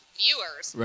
viewers